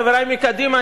חברי מקדימה,